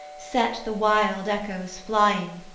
set the wild echoes flying,